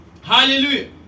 hallelujah